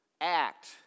act